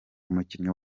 umukinnyi